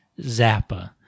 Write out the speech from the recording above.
Zappa